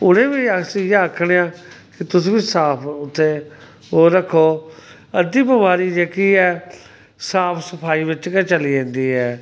उ'नेंगी बी अस इ'यै आखने आं कि तुस बी साफ उत्थै ओह् रक्खो अद्धी बमारी जेह्की ऐ साफ सफाई बिच्च गै चली जंदी ऐ